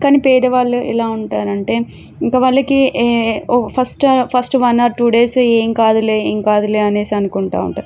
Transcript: కానీ పేద వాళ్ళు ఎలా ఉంటారంటే ఇంక వాళ్ళకి ఏవో first first one or two days ఏం కాదులే ఏం కాదులే అనేసి అనుకుంటా ఉంటారు